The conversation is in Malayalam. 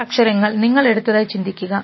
ഈ അക്ഷരങ്ങൾ നിങ്ങൾ എടുത്തതായി ചിന്തിക്കുക